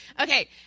Okay